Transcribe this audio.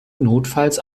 notfalls